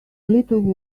little